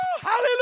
Hallelujah